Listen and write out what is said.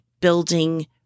building